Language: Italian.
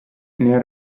nel